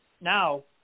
Now